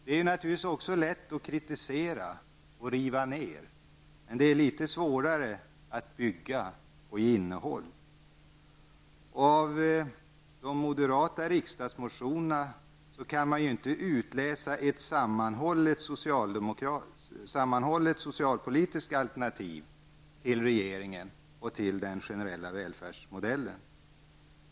Det är naturligtvis också lätt att kritisera och riva ner. Det är svårare att bygga och ge innehåll. Av de moderata riksdagsmotionerna kan man inte utläsa ett sammanhållet socialpolitiskt alternativ till regeringens politik och till den generella välfärdsmodellen.